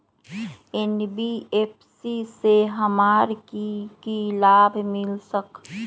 NBFC से हमार की की लाभ मिल सक?